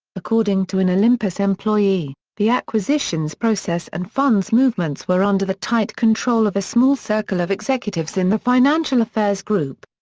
according to an olympus employee, the acquisitions process and funds movements were under the tight control of a small circle of executives in the financial affairs group.